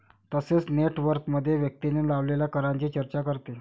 तसेच नेट वर्थमध्ये व्यक्तीने लावलेल्या करांची चर्चा करते